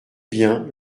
bien